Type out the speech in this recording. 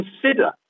consider